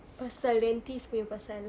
pasal dentist punya pasal